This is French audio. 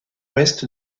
ouest